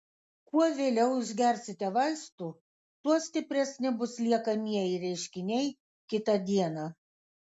kuo vėliau išgersite vaistų tuo stipresni bus liekamieji reiškiniai kitą dieną